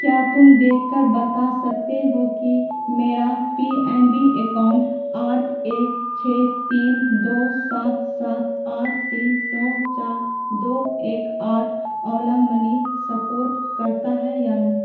کیا تم دیکھ کر بتا سکتے ہو کہ میرا پی این بی اکاؤنٹ آٹھ ایک چھ تین دو سات سات آٹھ تین نو چار دو ایک اٹھ اولا منی سپورٹ کرتا ہے یا نہیں